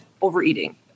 overeating